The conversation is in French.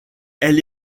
elle